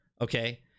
okay